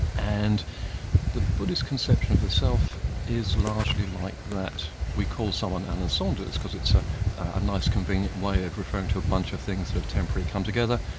and the buddhist conception of the self is largely like that. we call someone alan saunders because it's ah a nice convenient way of referring to a bunch of things that have temporarily come together,